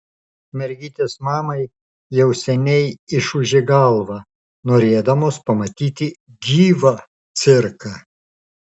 mergytės mamai jau seniai išūžė galvą norėdamos pamatyti gyvą cirką